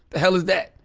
the hell is that?